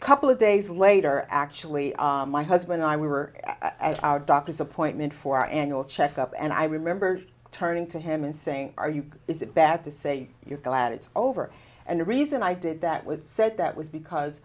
a couple of days later actually my husband and i were at our doctor's appointment for our annual checkup and i remember turning to him and saying are you is it bad to say you're glad it's over and the reason i did that was said that was because